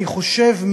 אני חושב,